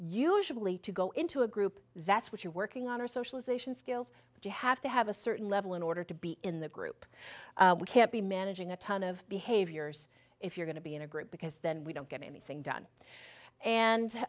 usually to go into a group that's what you're working on or socialization skills but you have to have a certain level in order to be in the group we can't be managing a ton of behaviors if you're going to be in a group because then we don't get anything done and